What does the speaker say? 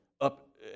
up